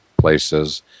places